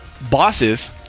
Bosses